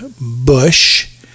Bush